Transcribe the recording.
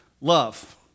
Love